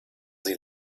sie